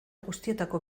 guztietako